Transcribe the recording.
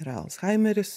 yra alzhaimeris